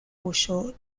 huyó